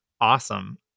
awesome